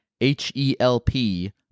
H-E-L-P